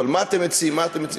מה אתם מציעים?